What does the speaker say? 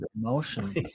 Emotion